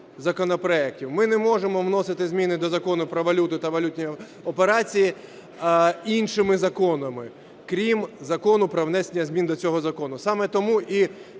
законопроектів. Ми не можемо вносити зміни до Закону "Про валюту та валютні операції" іншими законами крім Закону про внесення змін до цього закону. Саме тому і